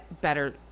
better